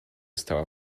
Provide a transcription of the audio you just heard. stała